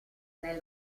nel